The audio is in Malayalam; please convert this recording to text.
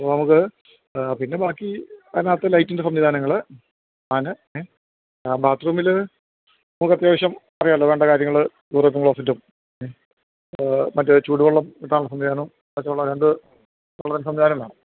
ഇപ്പം നമുക്ക് പിന്നെ ബാക്കി അതിനകത്ത് ലൈറ്റിന്റെ സംവിധാനങ്ങൾ ഫാന് ബാത്ത് റൂമിൽ അത് അത്യാവശ്യം പഴയതല്ല വേണ്ട കാര്യങ്ങൾ യൂറോപ്യന് ക്ലോസറ്റും മറ്റേ ചൂടുവെള്ളം കിട്ടാനുള്ള സംവിധാനോം ഒക്കെ ഉള്ള രണ്ട് കൂളര് സഞ്ചാരം വേണം